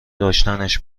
داشتنش